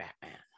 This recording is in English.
Batman